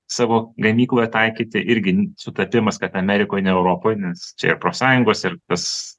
savo gamykloje taikyti irgi n sutapimas kad amerikoj ne europoj nes čia ir profsąjungos ir tas